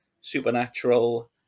supernatural